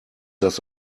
das